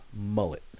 mullet